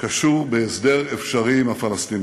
קשור בהסדר אפשרי עם הפלסטינים.